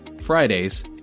Fridays